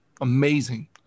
amazing